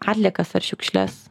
atliekas ar šiukšles